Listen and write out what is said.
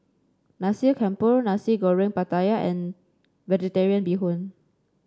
Nasi Campur Nasi Goreng Pattaya and vegetarian Bee Hoon